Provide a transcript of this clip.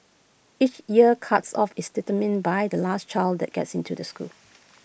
each year's cuts off is determined by the last child that gets into the school